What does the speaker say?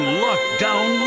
lockdown